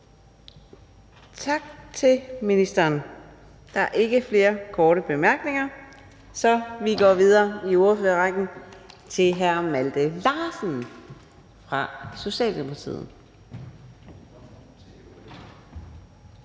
Tak til ordføreren. Der er ikke flere korte bemærkninger. Vi går videre i ordførerrækken til hr. Kim Edberg Andersen fra Danmarksdemokraterne.